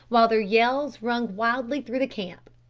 while their yells rung wildly through the camp.